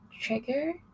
trigger